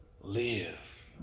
live